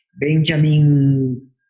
Benjamin